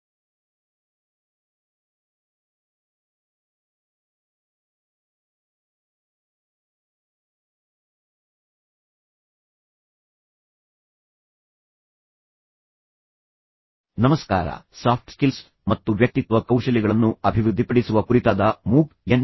ಎಲ್ಲರಿಗೂ ನಮಸ್ಕಾರ soft skills ಮತ್ತು ವ್ಯಕ್ತಿತ್ವ ಕೌಶಲ್ಯಗಳನ್ನು ಅಭಿವೃದ್ಧಿಪಡಿಸುವ ಕುರಿತಾದ ಮೂಕ್ ಎನ್